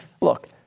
look